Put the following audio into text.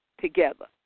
together